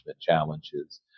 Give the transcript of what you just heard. challenges